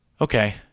okay